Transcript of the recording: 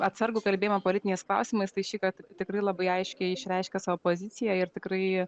atsargų kalbėjimą politiniais klausimais tai šįkart tikrai labai aiškiai išreiškė savo poziciją ir tikrai